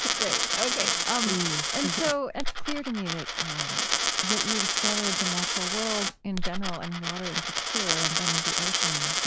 great, ok. um and and so it's clear to me that that you discovered the natural world in general, and water in particular, and then, the ocean,